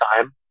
time